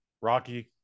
Rocky